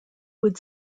would